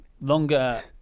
longer